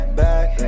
back